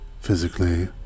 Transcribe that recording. physically